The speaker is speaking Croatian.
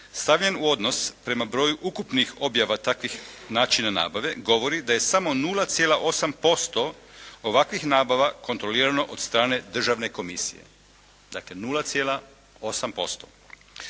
stavljen u odnos prema broju ukupnih objava takvih načina nabave govori da je samo 0,8% ovakvih nabava kontrolirano od strane državne komisije. Dakle, 0,8%.